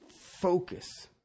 focus